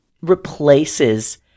replaces